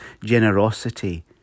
generosity